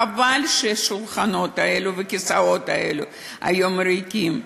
חבל שהשולחנות האלו והכיסאות האלו היום ריקים,